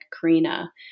Karina